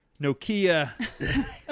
Nokia